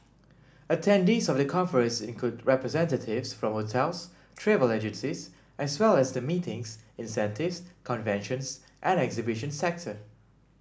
attendees of the conference include representatives from hotels travel agencies as well as the meetings incentives conventions and exhibitions sector